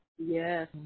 Yes